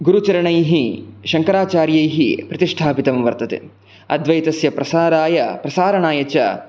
गुरुचरणैः शङ्कराचार्यैः प्रतिष्ठापितं वर्तते अद्वैतस्य प्रसाराय प्रसारणाय च